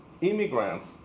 immigrants